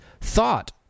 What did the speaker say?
thought